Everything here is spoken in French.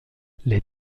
les